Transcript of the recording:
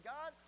God